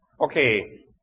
Okay